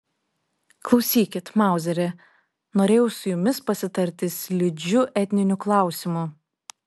klausykit mauzeri norėjau su jumis pasitarti slidžiu etniniu klausimu